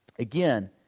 Again